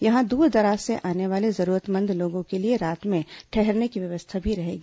यहां दूर दराज से आने वाले जरूरतमंद लोगों के लिए रात में ठहरने की व्यवस्था भी रहेगी